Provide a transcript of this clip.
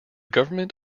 government